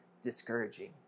discouraging